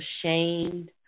ashamed